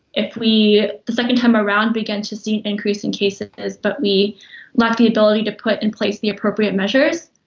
if we, the second time around, begin to see increase in cases but we lack the ability to put in place the appropriate measures,